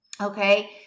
Okay